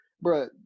Bro